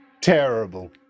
terrible